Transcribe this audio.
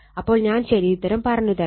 അപ്പോൾ ഞാൻ ശരിയുത്തരം പറഞ്ഞു തരാം